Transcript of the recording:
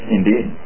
Indeed